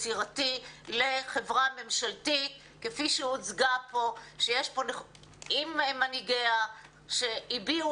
יצירתי לחברה ממשלתית כפי שהוצגה פה עם מנהיגיה שהביעו